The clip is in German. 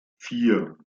vier